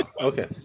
Okay